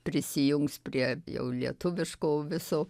prisijungs prie jau lietuviško viso